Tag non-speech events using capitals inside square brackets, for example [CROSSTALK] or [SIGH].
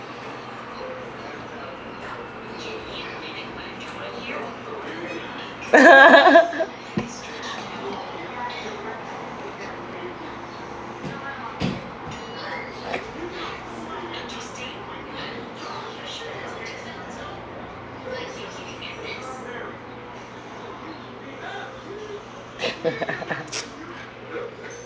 [LAUGHS] [LAUGHS]